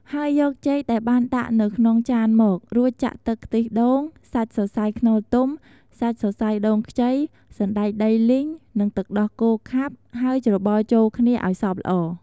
ហើយយកចេកដែលបានដាក់នៅក្នុងចានមក រួចចាក់ទឹកខ្ទិះដូង សាច់សរសៃខ្នុរទុំ សាច់សរសៃដូងខ្ចី សណ្ដែកដីលីង និងទឹកដោះគោខាប់ ហើយច្របល់ចូលគ្នាអោយសព្វល្អ។